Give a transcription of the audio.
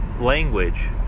language